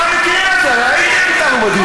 אתה מכיר את זה, הרי היית אתנו בדיונים.